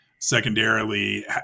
Secondarily